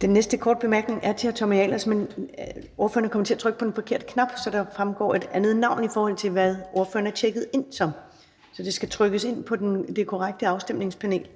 Den næste korte bemærkning er til hr. Tommy Ahlers, men spørgeren er kommet til at trykke på den forkerte knap, så der fremgår et andet navn, i forhold til hvad spørgeren er tjekket ind som. Der skal trykkes ind på det korrekte afstemningspanel,